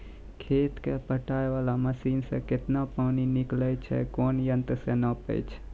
खेत कऽ पटाय वाला मसीन से केतना पानी निकलैय छै कोन यंत्र से नपाय छै